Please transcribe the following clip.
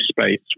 space